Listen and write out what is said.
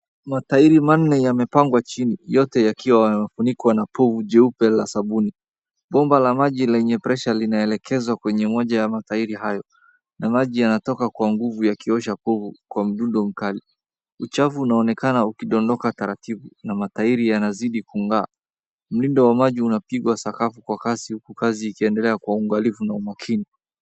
Matairi manne yamepangwa chini, yote yakiwa yamefunikwa na povu jeupe la sabuni. Bomba la moji lenye pressure linaelekezwa kwenye moja ya matairi hayo. Na maji yanatoka kwa nguvu yakiosha povu kwa mdundo mkali. Uchafu unaonekana ukidondoka taratibu na matairi yanazidi kung'aa. Mlindo wa maji unapigwa sakafu kwa kasi huku kazi ikiendelea kwa uangalifu na umakini.